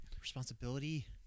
Responsibility